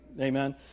Amen